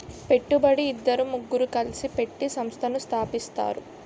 పెట్టుబడి ఇద్దరు ముగ్గురు కలిసి పెట్టి సంస్థను స్థాపిస్తారు